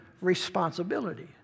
responsibility